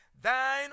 Thine